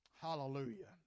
hallelujah